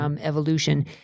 evolution